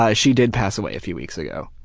ah she did pass away a few weeks ago.